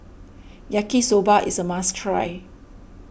Yaki Soba is a must try